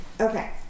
Okay